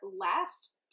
last